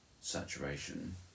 saturation